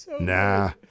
Nah